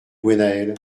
gwennael